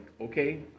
okay